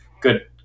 good